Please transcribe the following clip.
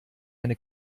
eine